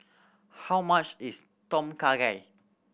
how much is Tom Kha Gai